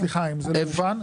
סליחה אם זה לא הובן.